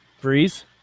Breeze